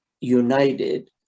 united